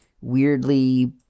weirdly